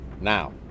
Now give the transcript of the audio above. now